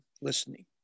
listening